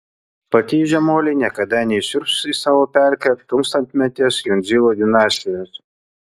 patižę moliai niekada neįsiurbs į savo pelkę tūkstantmetės jundzilų dinastijos